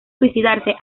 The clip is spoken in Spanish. suicidarse